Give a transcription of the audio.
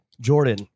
Jordan